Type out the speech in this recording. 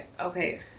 okay